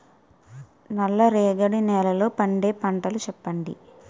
నల్ల రేగడి నెలలో పండే పంటలు చెప్పండి?